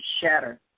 shatter